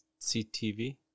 CTV